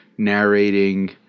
narrating